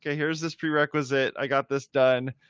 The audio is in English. ah here's this prerequisite. i got this done.